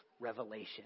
revelation